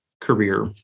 career